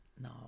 No